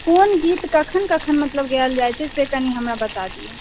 कोन गीत कखन कखन मतलब गाएल जाइ छै से कनि हमरा बता दिअ